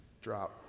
Drop